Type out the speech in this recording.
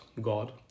God